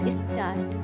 start